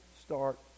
start